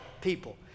people